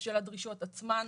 של הדרישות עצמן,